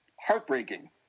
heartbreaking